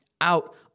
out